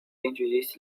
introduced